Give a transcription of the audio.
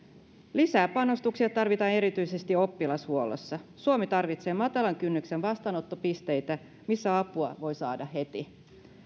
lisää panostuksia tarvitaan erityisesti oppilashuollossa suomi tarvitsee matalan kynnyksen vastaanottopisteitä missä apua voi saada heti